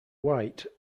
white